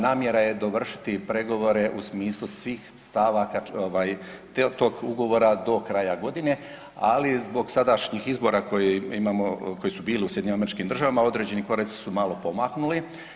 Namjera je dovršiti pregovore u smislu svih stavaka tog ugovora do kraja godine, ali zbog sadašnjih izbora koje imamo, koji su bili u SAD-u određeni koraci su se malo pomaknuli.